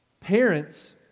Parents